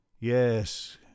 yes